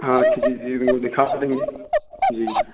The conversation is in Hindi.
हाँ अच्छी चीजें उनको दिखा सकें जी